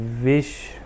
wish